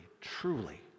truly